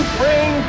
bring